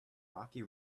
rocky